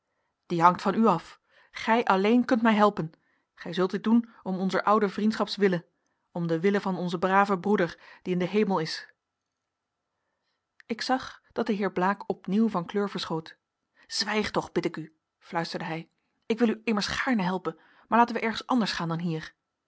die hangt van u af gij alleen kunt mij helpen gij zult dit doen om onzer oude vriendschaps wille om den wille van onzen braven broeder die in den hemel is ik zag dat de heer blaek opnieuw van kleur verschoot zwijg toch bid ik u fluisterde hij ik wil u immers gaarne helpen maar laten wij ergens anders gaan dan hier